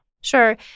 Sure